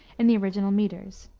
in the original meters.